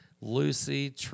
Lucy